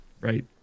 Right